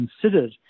considered